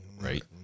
Right